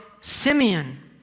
Simeon